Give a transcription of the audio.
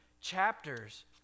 chapters